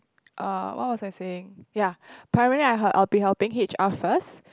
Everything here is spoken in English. uh what was I saying ya apparently I'll be helping h_r first